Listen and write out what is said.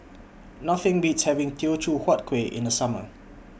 Nothing Beats having Teochew Huat Kueh in The Summer